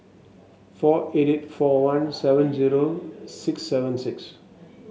four eight four one seven zero six seven six